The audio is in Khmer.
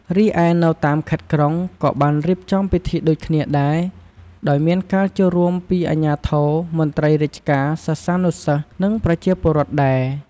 រីឯនៅតាមខេត្តក្រុង ក៏បានរៀបចំពិធីដូចគ្នាដែរ ដោយមានការចូលរួមពីអាជ្ញាធរ មន្ត្រីរាជការ សិស្សានុសិស្ស និងប្រជាពលរដ្ឋ ដែរ។